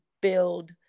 build